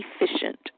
efficient